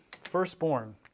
firstborn